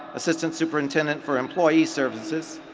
assistant superintendent for employee services.